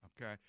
Okay